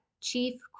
chief